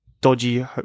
dodgy